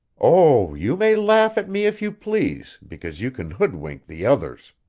oh, you may laugh at me if you please, because you can hoodwink the others.